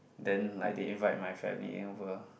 then like they invite my family over